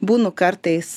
būnu kartais